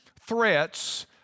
threats